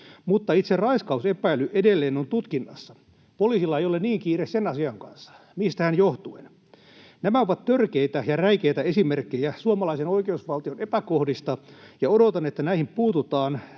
mutta itse raiskausepäily on edelleen tutkinnassa. Poliisilla ei ole niin kiire sen asian kanssa. Mistähän johtuen? Nämä ovat törkeitä ja räikeitä esimerkkejä suomalaisen oikeusvaltion epäkohdista, ja odotan, että näihin asenteisiin